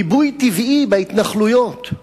"ריבוי טבעי בהתנחלויות",